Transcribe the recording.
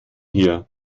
hier